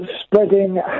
spreading